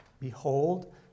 Behold